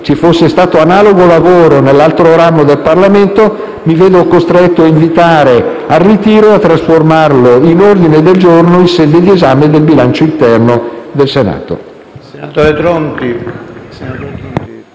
ci fosse stato analogo lavoro nell'altro ramo Parlamento, mi vedo costretto a invitare al ritiro e alla trasformazione in ordine del giorno da presentare in sede di esame del bilancio interno del Senato.